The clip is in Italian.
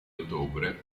ottobre